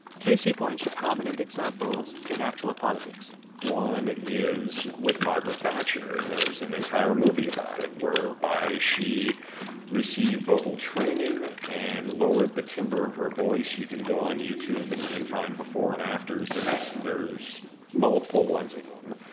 casey points to prominent examples in actual politics one is with margaret thatcher, and there was an entire movie about it, whereby she received vocal training and lowered the timbre of her voice. you can go on youtube, and you can find before and afters. there's there's multiple ones of them.